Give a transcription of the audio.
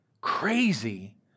crazy